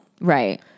Right